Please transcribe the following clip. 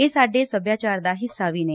ਇਹ ਸਾਡੇ ਸਭਿਆਚਾਰ ਦਾ ਹਿੱਸਾ ਵੀ ਨੇ